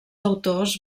autors